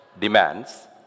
demands